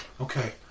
okay